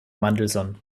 mandelson